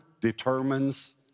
determines